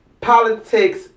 politics